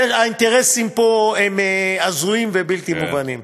האינטרסים פה הם הזויים ובלתי מובנים.